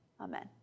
Amen